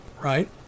right